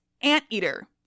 anteater